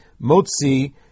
motzi